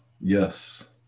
yes